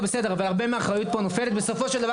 הרבה מהאחריות פה נופלת בסופו של דבר